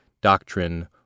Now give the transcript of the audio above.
doctrine